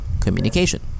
communication